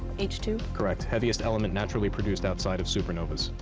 h two. correct. heaviest element naturally produced outside of supernovas.